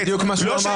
זה בדיוק מה שהוא אמר.